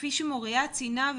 כפי שמוריה ציינה,